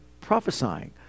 prophesying